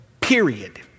Period